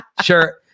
Sure